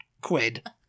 quid